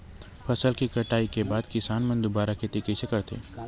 फसल के कटाई के बाद किसान मन दुबारा खेती कइसे करथे?